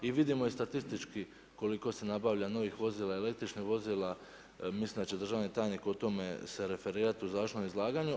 I vidimo i statistički koliko se nabava novih vozila, električna vozila, mislim da će državni tajnik o tome se referirati u završnom izlaganju.